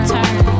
Turn